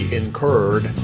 incurred